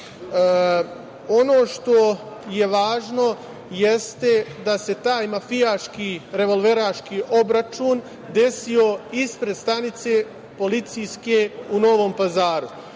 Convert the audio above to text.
što je važno jeste da se taj mafijaški revolveraški obračun desio ispred policijske stanice u Novom Pazaru.